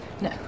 no